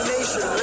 Nation